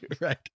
Right